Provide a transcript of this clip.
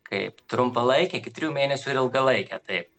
kaip trumpalaikę iki trijų mėnesių ir ilgalaikę taip